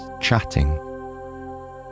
chatting